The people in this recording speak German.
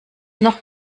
noch